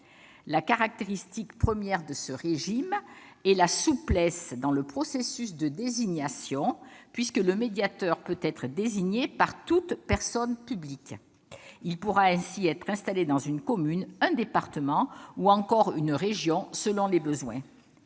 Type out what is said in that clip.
La caractéristique première de ce régime est la souplesse dans le processus de désignation, puisque le médiateur peut être désigné par toute personne publique. Il pourra ainsi être installé dans une commune, un département ou encore une région selon les besoins.